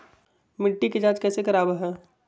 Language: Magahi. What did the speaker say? मिट्टी के जांच कैसे करावय है?